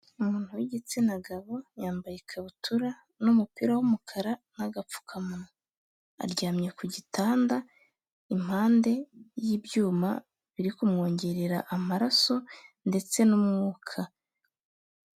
Umuntu w'igitsina gabo, yambaye ikabutura n'umupira w'umukara n'agapfukamunwa. Aryamye ku gitanda, impande y'ibyuma biri kumwongerera amaraso ndetse n'umwuka.